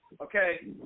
okay